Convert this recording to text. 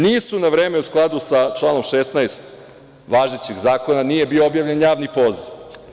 Nisu na vreme u skladu sa članom 16. važećeg zakona nije bio objavljen javni poziv.